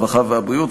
הרווחה והבריאות.